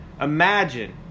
Imagine